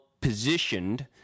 positioned